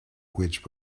which